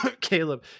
caleb